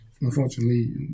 unfortunately